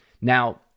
Now